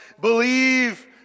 believe